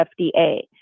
FDA